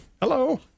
hello